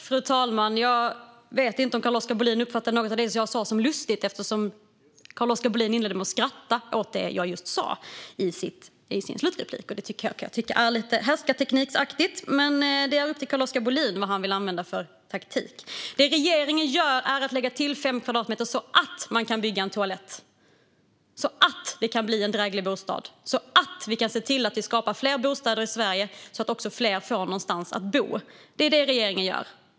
Fru talman! Jag vet inte om Carl-Oskar Bohlin uppfattade något av det jag just sa som lustigt eftersom han inledde sin slutreplik med att skratta åt det. Det är lite härskartekniksaktigt. Men vilken taktik Carl-Oskar Bohlin vill använda är upp till honom. Regeringen lägger till fem kvadratmeter så att man kan bygga en toalett, så att det kan bli en dräglig bostad och så att vi kan se till att skapa fler bostäder i Sverige för att fler ska få någonstans att bo. Det är vad regeringen gör.